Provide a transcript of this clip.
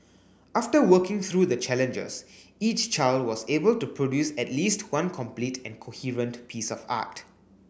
after working through the challenges each child was able to produce at least one complete and coherent piece of art